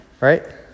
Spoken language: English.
Right